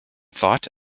thought